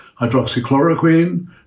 hydroxychloroquine